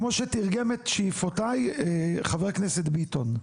כמו שתירגם את שאיפותיי חבר הכנסת ביטון.